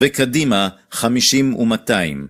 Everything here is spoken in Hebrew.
וקדימה, חמישים ומאתיים.